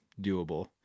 doable